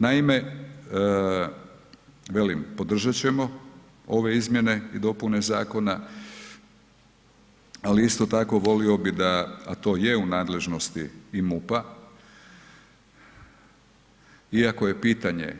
Naime, velim podržat ćemo ove izmjene i dopune zakona, ali isto tako volio bi da, a to je u nadležnosti i MUP-a iako je pitanje